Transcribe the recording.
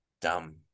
dumb